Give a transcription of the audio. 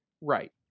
right